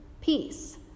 peace